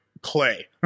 clay